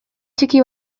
txiki